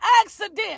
accident